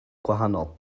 gwahanol